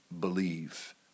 believe